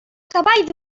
cavall